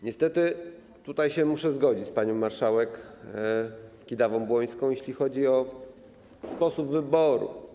Niestety, muszę się zgodzić z panią marszałek Kidawą-Błońską, jeśli chodzi o sposób wyboru.